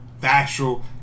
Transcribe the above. factual